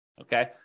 Okay